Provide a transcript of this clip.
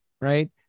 right